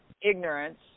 ignorance